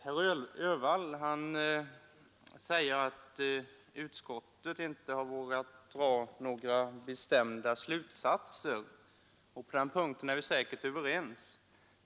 Herr Öhvall säger att utskottet inte har vågat dra några bestämda slutsatser, och på den punkten är vi säkert överens.